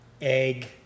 egg